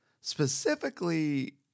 specifically